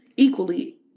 Equally